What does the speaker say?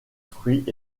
fruits